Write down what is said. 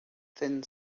thin